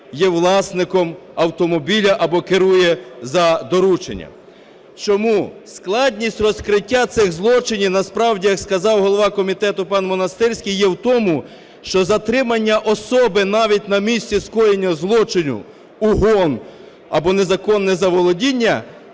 є власником автомобіля або керує за дорученням. Чому? Складність розкриття цих злочинів насправді, як сказав голова комітету пан Монастирський, є в тому, що затримання особи, навіть на місця скоєння злочину, угон або незаконне заволодіння,